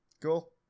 Cool